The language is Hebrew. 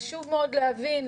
חשוב מאוד להבין,